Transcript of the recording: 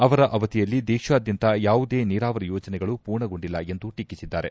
ಅವರ ಅವಧಿಯಲ್ಲಿ ದೇಶಾದ್ಯಂತ ಯಾವುದೇ ನೀರಾವರಿ ಯೋಜನೆಗಳು ಪೂರ್ಣಗೊಂಡಿಲ್ಲ ಎಂದು ಟೀಕಿಸಿದ್ದಾರೆ